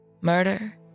murder